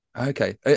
Okay